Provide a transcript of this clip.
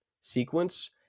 sequence